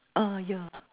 ah yeah